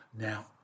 Now